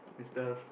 and stuff